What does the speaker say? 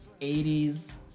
80s